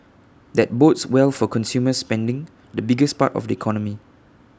that bodes well for consumer spending the biggest part of the economy